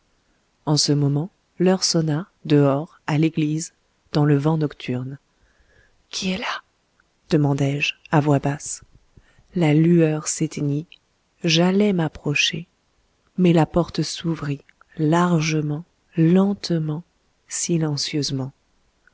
en ce moment l'heure sonna dehors à l'église dans le vent nocturne qui est là demandai-je à voix basse la lueur s'éteignit j'allais m'approcher mais la porte s'ouvrit largement lentement silencieusement